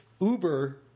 Uber